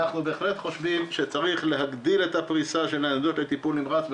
אנחנו בהחלט חושבים שצריך להגדיל את הפריסה של ניידות לטיפול נמרץ,